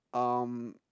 um